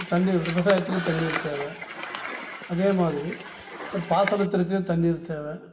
தண்ணீர் விவசாயத்துக்குத் தண்ணீர் தேவை அதே மாதிரி ஒரு பாசனத்திற்குத் தண்ணீர் தேவை